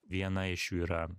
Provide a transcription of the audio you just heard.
viena iš jų yra